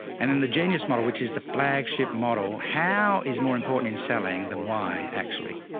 and then the genius model, which is the flagship model. how is more important in selling than why actually